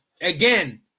again